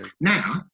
Now